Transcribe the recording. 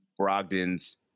Brogdon's